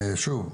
שוב,